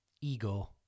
Ego